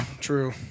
True